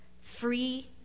Free